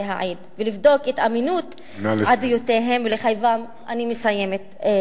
להעיד ולבדוק את אמינות עדויותיהם ולחייבם להעיד.